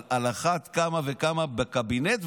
אבל על אחת כמה וכמה מהקבינט,